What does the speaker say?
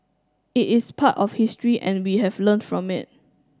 it is part of history and we have learned from it